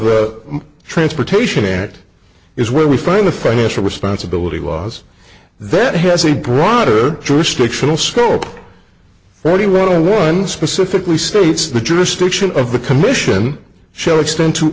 of transportation it is where we find the financial responsibility laws then it has a broader jurisdictional school forty one and one specifically states the jurisdiction of the commission shall extend to